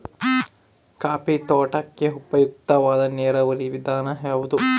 Coffee ತೋಟಕ್ಕೆ ಉಪಯುಕ್ತವಾದ ನೇರಾವರಿ ವಿಧಾನ ಯಾವುದು?